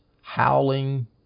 howling